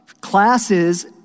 classes